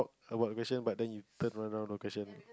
talk about the question but then you turn around the question